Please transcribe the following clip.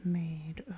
made